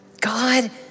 God